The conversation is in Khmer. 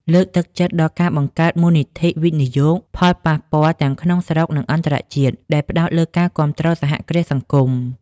លើកទឹកចិត្តដល់ការបង្កើតមូលនិធិវិនិយោគផលប៉ះពាល់ទាំងក្នុងស្រុក និងអន្តរជាតិ ដែលផ្តោតលើការគាំទ្រសហគ្រាសសង្គម ។